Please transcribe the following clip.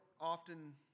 often